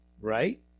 Right